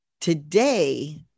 today